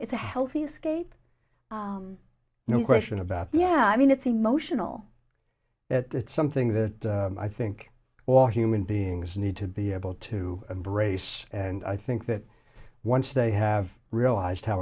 it's a healthy escape no question about yeah i mean it's emotional it's something that i think all human beings need to be able to embrace and i think that once they have realized how